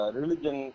religion